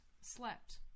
slept